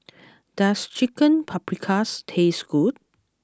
does Chicken Paprikas taste good